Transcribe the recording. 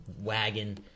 wagon